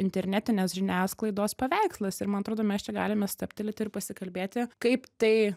internetinės žiniasklaidos paveikslas ir man atrodo mes čia galime stabtelėti ir pasikalbėti kaip tai